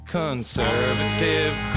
conservative